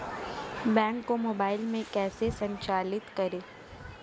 Bank को mobile में कैसे संचालित करें?